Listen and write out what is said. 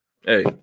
hey